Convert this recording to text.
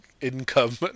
income